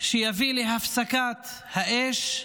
שיביא להפסקת האש,